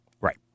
Right